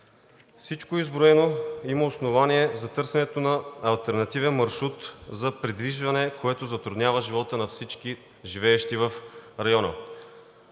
Всичко изброено има основание за търсенето на алтернативен маршрут за придвижване, което затруднява живота на всички живеещи в района.